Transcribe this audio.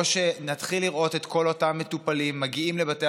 או שנתחיל לראות את כל אותם מטופלים מגיעים לבתי